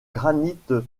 granite